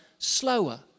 slower